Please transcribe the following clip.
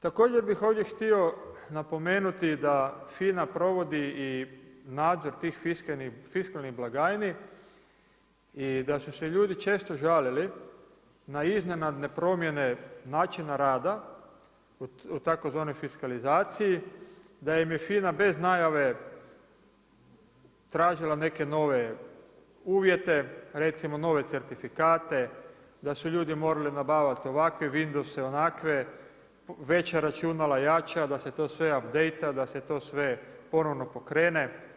Također bih ovdje htio napomenuti da FINA provodi nadzor tih fiskalnih blagajni i da su se ljudi često žalili na iznenadne promjene načina rada u tzv. fiskalizaciji da im je FINA bez najave tražila neke nove uvjete, recimo nove certifikate, da su ljudi morali nabavljati ovakve Windowse, onakve, veća računala, jača, da se to sve updejta, da se to sve ponovno pokrene.